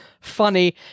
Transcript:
funny